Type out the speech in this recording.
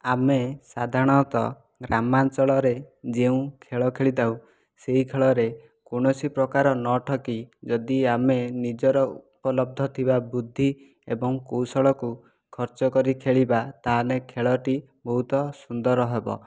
ଆମେ ସାଧାରଣତଃ ଗ୍ରାମାଞ୍ଚଳରେ ଯେଉଁ ଖେଳ ଖେଳିଥାଉ ସେହି ଖେଳରେ କୌଣସି ପ୍ରକାର ନଠକି ଯଦି ଆମେ ନିଜର ଉପଲବ୍ଧ ଥିବା ବୁଦ୍ଧି ଏବଂ କୌଶଳକୁ ଖର୍ଚ୍ଚ କରି ଖେଳିବା ତା' ହେଲେ ଖେଳଟି ବହୁତ ସୁନ୍ଦର ହେବ